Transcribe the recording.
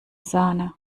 sahne